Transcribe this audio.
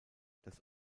das